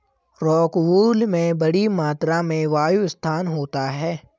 rockwool में बड़ी मात्रा में वायु स्थान होता है